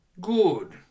Good